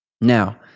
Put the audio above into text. Now